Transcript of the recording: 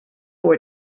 for